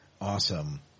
Awesome